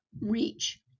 reach